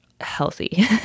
healthy